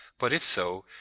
but if so,